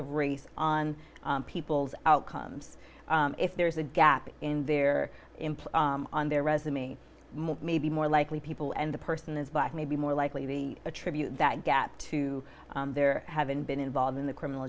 of race on people's outcomes if there's a gap in their employ on their resume maybe more likely people and the person is black maybe more likely the attribute that gap to there haven't been involved in the criminal